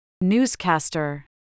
Newscaster